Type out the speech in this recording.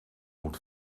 moet